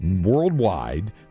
worldwide